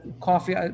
coffee